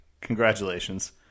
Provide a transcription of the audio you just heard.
Congratulations